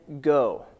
go